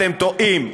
אתם טועים,